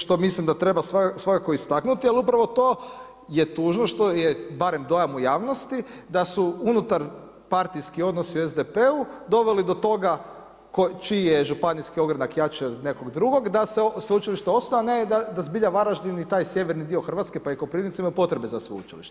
Što mislim da treba svakako istaknuti, ali upravo to je tužno što je, barem dojam u javnosti, da su unutar partijski odnosi u SDP-u doveli do toga čiji je županijski ogranak jači od nekog drugog, da se sveučilište osnuje, a ne da zbilja Varaždin i taj sjeverni dio Hrvatske pa i Koprivnica imaju potrebe za sveučilištem.